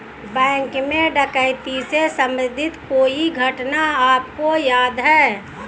Bank में डकैती से संबंधित कोई घटना आपको याद है?